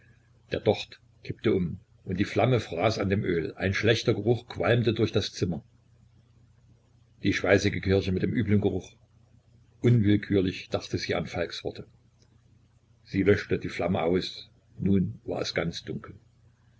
der docht kippte um und die flamme fraß an dem öl ein schlechter geruch qualmte durch das zimmer die schweißige kirche mit dem üblen geruch unwillkürlich dachte sie an falks worte sie löschte die flamme aus nun war es ganz dunkel